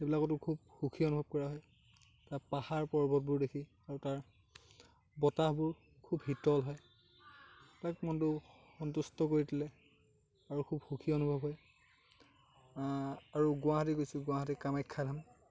এইবিলাকতো বহুত সুখী অনুভৱ কৰা হয় পাহাৰ পৰ্বতবোৰ দেখি আৰু তাৰ বতাহবোৰ শীতল হয় আৰু মনটো সন্তুষ্ট কৰি তুলে আৰু সুখী অনুভৱ হয় আৰু গুৱাহাটী গৈছোঁ গুৱাহাটীৰ কামাখ্য়া ধাম